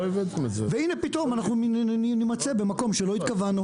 והנה פתאום אנחנו נימצא במקום שלא התכוונו.